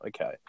Okay